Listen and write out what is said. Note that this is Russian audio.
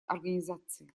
организации